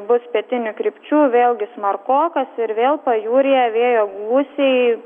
bus pietinių krypčių vėlgi smarkokas ir vėl pajūryje vėjo gūsiai